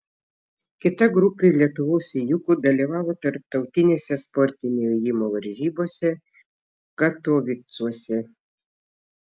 kita grupė lietuvos ėjikų dalyvavo tarptautinėse sportinio ėjimo varžybose katovicuose